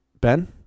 Ben